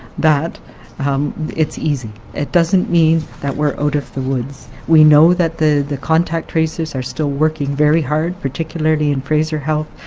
that it's easy. it doesn't mean that we're out of the woods. we know that the the contact tracers are still working very hard, particularly in fraser health,